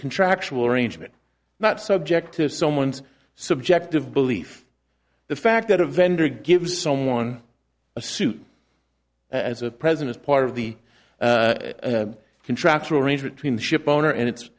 contractual arrangement not subject to someone's subjective belief the fact that a vendor gives someone a suit as a present is part of the contractual arrangement between the ship owner and its